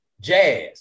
Jazz